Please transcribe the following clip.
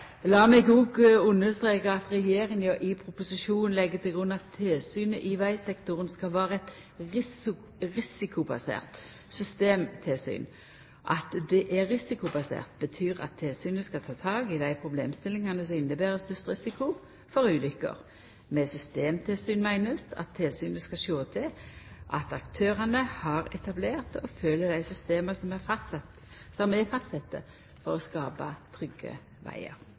meg også understreka at regjeringa i proposisjonen legg til grunn at tilsyn i vegsektoren skal vera eit risikobasert systemtilsyn. At det er risikobasert, betyr at tilsynet skal ta tak i dei problemstillingane som inneber størst risiko for ulukker. Med systemtilsyn meiner ein at tilsynet skal sjå til at aktørane har etablert og følgjer dei systema som er fastsette for å skapa trygge vegar.